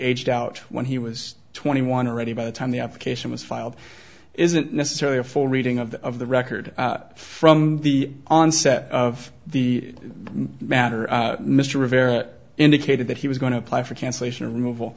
aged out when he was twenty one already by the time the application was filed isn't necessarily a full reading of the of the record from the onset of the matter mr rivera indicated that he was going to apply for cancellation